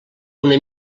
una